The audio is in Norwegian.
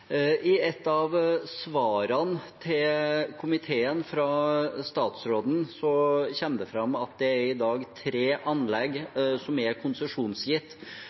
I et av svarene fra statsråden til komiteen kommer det fram at det i dag er tre anlegg som er konsesjonsgitt,